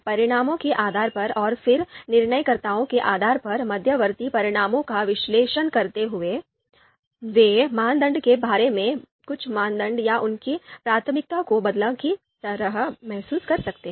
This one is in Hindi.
परिणामों के आधार पर और फिर निर्णयकर्ताओं के आधार पर मध्यवर्ती परिणामों का विश्लेषण करते हुए वे मानदंड के बारे में कुछ मानदंड या उनकी प्राथमिकता को बदलने की तरह महसूस कर सकते हैं